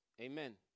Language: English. Amen